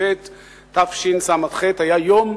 בטבת התשס"ח, היה יום